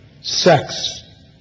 sex